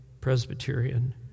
Presbyterian